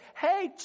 Hey